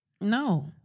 No